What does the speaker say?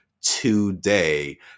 today